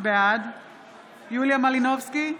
בעד יוליה מלינובסקי,